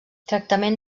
tractament